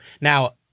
Now